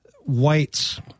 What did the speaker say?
whites